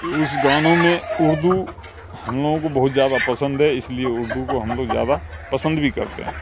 اس گانوں میں اردو ہم لوگوں کو بہت زیادہ پسند ہے اس لیے اردو کو ہم لوگ زیادہ پسند بھی کرتے ہیں